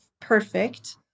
perfect